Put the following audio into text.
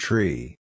Tree